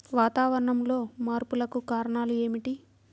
వాతావరణంలో మార్పులకు కారణాలు ఏమిటి?